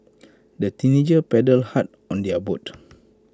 the teenagers paddled hard on their boat